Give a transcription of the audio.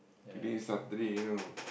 today is Saturday you know